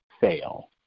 fail